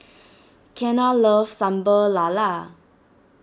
Kenna loves Sambal Lala